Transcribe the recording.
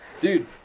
Dude